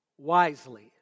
Wisely